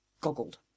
Goggled